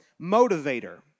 motivator